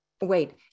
wait